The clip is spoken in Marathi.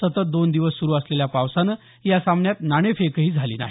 सतत दोन दिवस सुरु असलेल्या पावसाने या सामन्यात नाणेफेकही झाली नाही